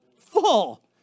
full